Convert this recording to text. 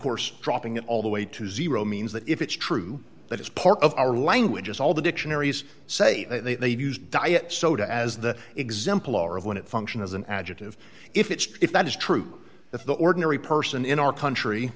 course dropping it all the way to zero means that if it's true that it's part of our language as all the dictionaries say they've used diet soda as the exemplar of when it function as an adjective if it's if that is true if the ordinary person in our country